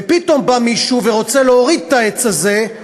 ופתאום בא מישהו ורוצה להוריד את העץ הזה,